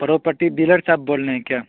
property dealer صاحب بول رہے ہیں کیا